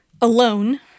alone